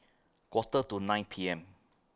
Quarter to nine P M